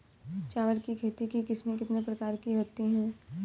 चावल की खेती की किस्में कितने प्रकार की होती हैं?